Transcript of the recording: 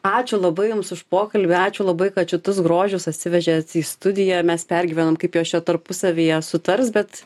ačiū labai jums už pokalbį ačiū labai kad šitus grožius atsivežėt į studiją mes pergyvenom kaip jos čia tarpusavyje sutars bet